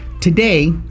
Today